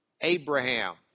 Abraham